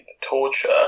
torture